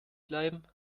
bleiben